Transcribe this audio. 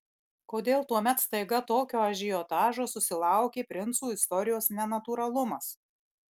kodėl tuomet staiga tokio ažiotažo susilaukė princų istorijos nenatūralumas